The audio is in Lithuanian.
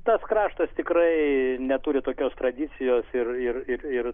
tas kraštas tikrai neturi tokios tradicijos ir ir ir